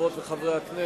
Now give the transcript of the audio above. חברות וחברי הכנסת,